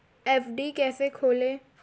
FD कैसे खोलें?